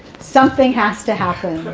something has to happen.